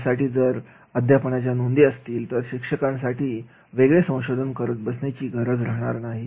यासाठी जर अध्यापनाच्या नोंदी असतील तर शिक्षिकांसाठी वेगळे संशोधन करत बसण्याची गरज राहणार नाही